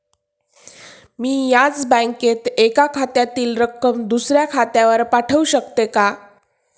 मी याच बँकेत एका खात्यातील रक्कम दुसऱ्या खात्यावर पाठवू शकते का?